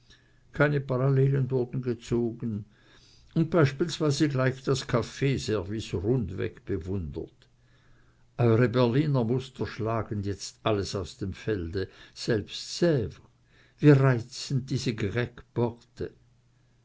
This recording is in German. keine parallelen wurden gezogen und beispielsweise gleich das kaffeeservice rundweg bewundert eure berliner muster schlagen jetzt alles aus dem felde selbst svres wie reizend diese